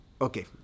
Okay